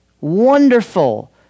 wonderful